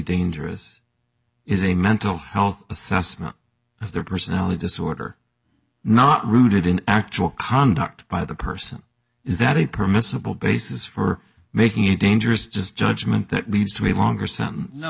dangerous is a mental health assessment of their personality disorder not rooted in actual conduct by the person is that a permissible basis for making a dangerous just judgment that leads to a longer some